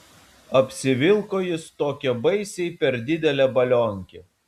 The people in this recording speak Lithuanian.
apsivilko jis tokią baisiai per didelę balionkę